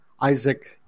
Isaac